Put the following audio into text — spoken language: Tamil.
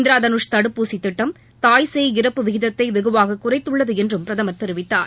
இந்திரதனுஷ் தடுப்பூசிதிட்டம் தாய் சேய் இறப்பு விகிதத்தை வெகுவாக குறைத்துள்ளது என்று பிரதமர் தெரிவித்தார்